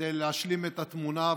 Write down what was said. כדי להשלים את התמונה,